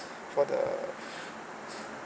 for the